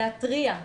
להתריע,